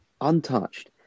untouched